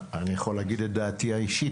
אני יכול להגיד את דעתי האישית,